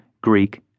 Greek